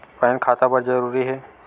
Pan खाता बर जरूरी हे?